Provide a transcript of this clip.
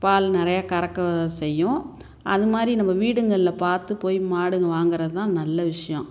பால் நிறையா கறக்க செய்யும் அதுமாதிரி நம்ம வீடுங்களில் பார்த்து போய் மாடுங்கள் வாங்கிறதுதான் நல்ல விஷயம்